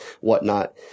whatnot